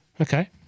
Okay